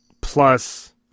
Plus